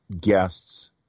guests